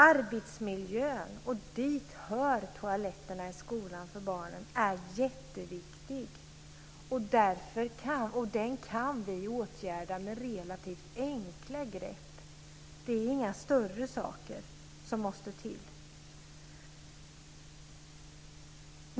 Arbetsmiljön, och dit hör toaletterna i skolan för barnen, är jätteviktig, och den kan vi åtgärda med relativt enkla grepp. Det är inga större saker som måste till.